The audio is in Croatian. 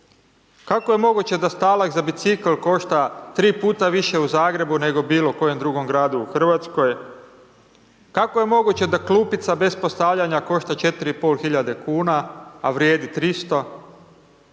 Kako je moguće da stalak za bicikl košta tri puta više u Zagrebu, nego bilo kojem drugom gradu u RH? Kako je moguće da klupica bez postavljanja košta 4.500,00 kn, a vrijedi 300?